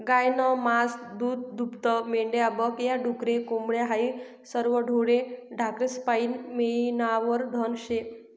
गायनं मास, दूधदूभतं, मेंढ्या बक या, डुकरे, कोंबड्या हायी सरवं ढोरे ढाकरेस्पाईन मियनारं धन शे